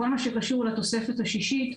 בכל מה שקשור לתוספת השישית,